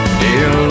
dear